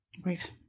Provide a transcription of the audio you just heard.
Great